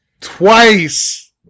Twice